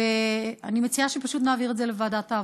אני מציעה שפשוט נעביר את זה לוועדת העבודה.